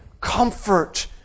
comfort